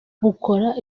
bukora